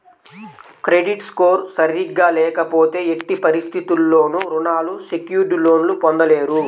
credit score సరిగ్గా లేకపోతే ఎట్టి పరిస్థితుల్లోనూ రుణాలు సెక్యూర్డ్ లోన్లు పొందలేరు